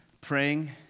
praying